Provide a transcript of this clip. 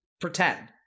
pretend